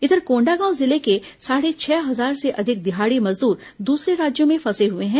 इधर कोंडागांव जिले के साढ़े छह हजार से अधिक दिहाड़ी मजदूर दूसरे राज्यों में फंसे हुए हैं